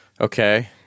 Okay